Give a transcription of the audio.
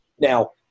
Now